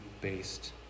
based